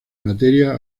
materia